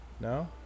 no